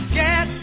get